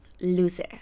loser